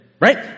Right